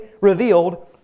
revealed